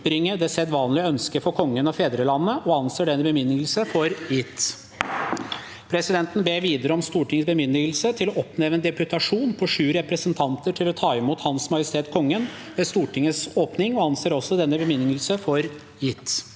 det sedvanlige ønske for Kongen og fedrelandet – og anser denne bemyndigelse for gitt. Presidenten ber videre om Stortingets bemyndigelse til å oppnevne en deputasjon på sju representanter til å motta Hans Majestet Kongen ved Stortingets åpning – og anser denne bemyndigelse for gitt.